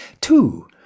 Two